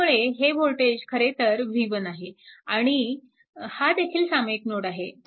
त्यामुळे हे वोल्टेज खरेतर v1 आहे आणि हा देखील सामायिक नोड आहे